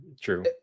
true